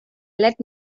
let